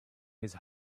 his